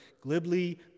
glibly